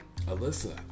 Alyssa